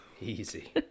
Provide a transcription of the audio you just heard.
Easy